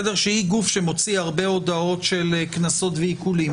שהיא גוף שמוציא הרבה הודעות של קנסות ועיקולים,